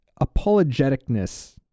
apologeticness